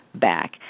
back